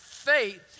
faith